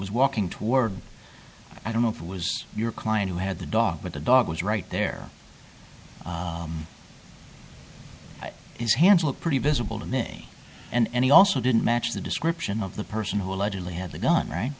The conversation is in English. was walking toward i don't know if it was your client who had the dog with the dog was right there is handled pretty visible to me and he also didn't match the description of the person who allegedly had the gun right